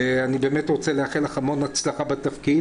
אני באמת רוצה לאחל לך המון הצלחה בתפקיד.